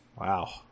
wow